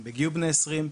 הם הגיעו בני 20,